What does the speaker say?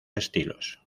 estilos